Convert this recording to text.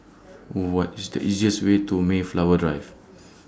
What IS The easiest Way to Mayflower Drive